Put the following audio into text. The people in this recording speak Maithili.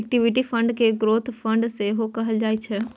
इक्विटी फंड कें ग्रोथ फंड सेहो कहल जाइ छै